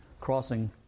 crossing